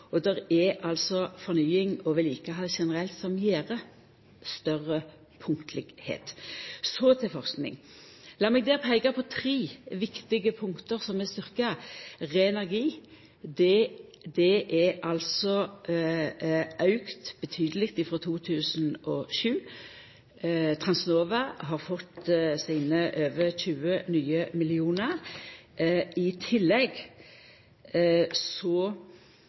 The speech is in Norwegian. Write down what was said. er altså fornying og vedlikehald generelt som gjev større punktlegskap. Så til forsking. Lat meg der peika på tre viktige punkt som er styrkte: RENERGI har auka betydeleg sidan 2007. Transnova har fått sine over 20 nye mill. kr. I tillegg